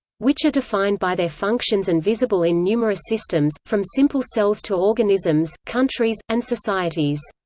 which are defined by their functions and visible in numerous systems, from simple cells to organisms, countries, and societies.